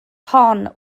hon